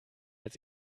als